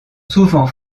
souvent